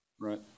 Right